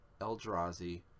Eldrazi